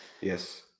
yes